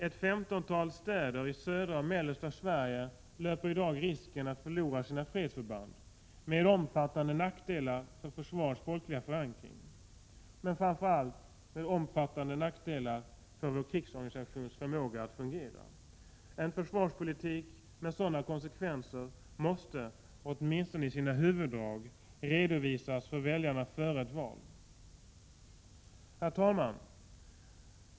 Ett femtontal städer i södra och mellersta Sverige löper i dag risken att förlora sina fredsförband, med omfattande nackdelar för vårt försvars folkliga förankring men framför allt med omfattande nackdelar för vår krigsorganisations förmåga att fungera. En försvarspolitik med sådana konsekvenser måste — åtminstone i sina huvuddrag — redovisas för väljarna före ett val. Herr talman!